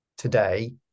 Today